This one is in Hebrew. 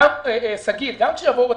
שגית, שגם כשיבואו התיקונים,